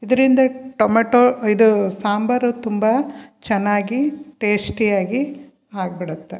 ಇದರಿಂದ ಟೊಮ್ಯಾಟೊ ಇದು ಸಾಂಬಾರು ತುಂಬ ಚೆನ್ನಾಗಿ ಟೇಶ್ಟಿಯಾಗಿ ಆಗಿಬಿಡತ್ತೆ